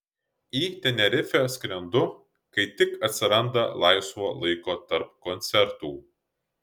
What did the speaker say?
į tenerifę skrendu kai tik atsiranda laisvo laiko tarp koncertų